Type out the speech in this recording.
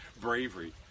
bravery